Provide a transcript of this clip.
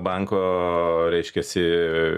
banko reiškiasi